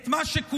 את מה שכולנו,